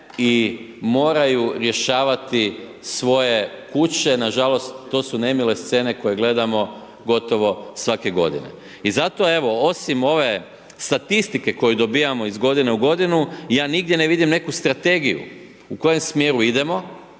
i moraju rješavati svoje kuće, nažalost, to su nemile scene koje gledamo gotovo svake godine. I zato, evo, osim ove statistike koju dobivamo iz godine u godinu ja nigdje ne vidim neku strategiju u kojem smjeru idemo,